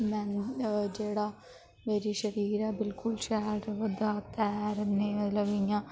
में जेह्ड़ा मेरी शरीर ऐ बिलकुल शैल रवा दा तैरने मतलब इ'यां